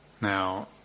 Now